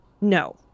no